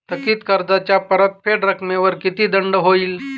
थकीत कर्जाच्या परतफेड रकमेवर किती दंड होईल?